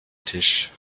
tisch